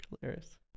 hilarious